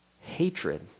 hatred